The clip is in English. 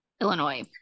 Illinois